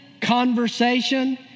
conversation